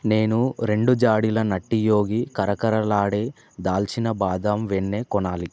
నేను రెండు జాడీల నట్టియోగి కరకరలాడే దాల్చిన బాదం వెన్నె కొనాలి